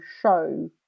show